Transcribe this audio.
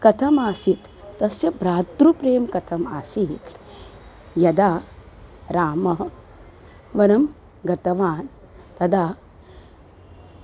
कथमासीत् तस्य भ्रातृप्रेम कथम् आसीत् यदा रामः वनं गतवान् तदा